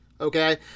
Okay